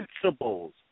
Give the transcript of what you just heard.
principles